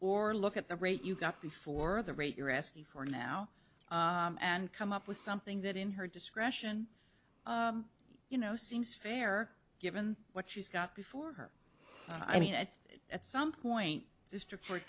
or look at the rate you got before the rate you're asking for now and come up with something that in her discretion you know seems fair given what she's got before her i mean it at some point